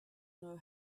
know